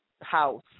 House